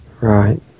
Right